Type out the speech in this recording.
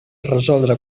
resoldre